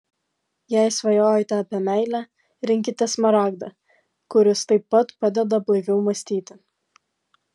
jei svajojate apie meilę rinkitės smaragdą kuris taip pat padeda blaiviau mąstyti